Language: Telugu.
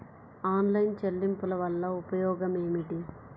ఆన్లైన్ చెల్లింపుల వల్ల ఉపయోగమేమిటీ?